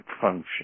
function